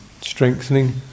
strengthening